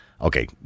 Okay